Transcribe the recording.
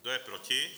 Kdo je proti?